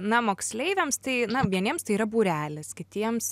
na moksleiviams tai na vieniems tai yra būrelis kitiems